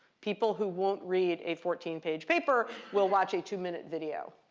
people who won't read a fourteen page paper will watch a two-minute video.